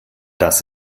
das